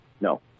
No